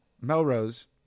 Melrose